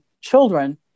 children